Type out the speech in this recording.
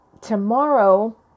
Tomorrow